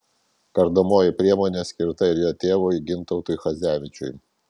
kardomoji priemonė skirta ir jo tėvui gintautui chadzevičiui